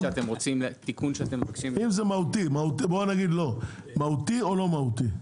אם זה מהותי מהותי או לא מהותי?